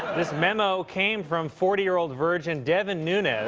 this memo came from forty year old virgin devin nunes